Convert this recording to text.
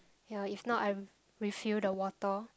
ya if not I'm refill the water